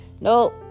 No